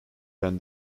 than